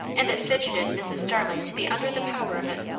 and it fidgetted mrs. starling to be under the power of it.